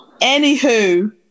Anywho